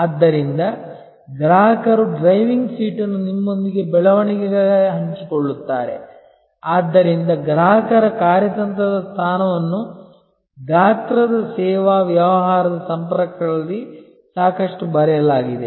ಆದ್ದರಿಂದ ಗ್ರಾಹಕರು ಡ್ರೈವಿಂಗ್ ಸೀಟನ್ನು ನಿಮ್ಮೊಂದಿಗೆ ಬೆಳವಣಿಗೆಗಾಗಿ ಹಂಚಿಕೊಳ್ಳುತ್ತಾರೆ ಆದ್ದರಿಂದ ಗ್ರಾಹಕರ ಕಾರ್ಯತಂತ್ರದ ಸ್ಥಾನವನ್ನು ಗಾತ್ರದ ಸೇವಾ ವ್ಯವಹಾರದ ಸಂಪರ್ಕಗಳಲ್ಲಿ ಸಾಕಷ್ಟು ಬರೆಯಲಾಗಿದೆ